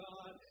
God